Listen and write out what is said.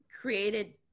created